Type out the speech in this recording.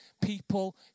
people